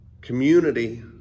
community